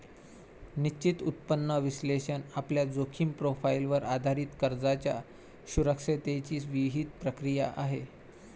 निश्चित उत्पन्न विश्लेषण आपल्या जोखीम प्रोफाइलवर आधारित कर्जाच्या सुरक्षिततेची विहित प्रक्रिया आहे